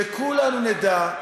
שכולנו נדע,